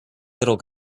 little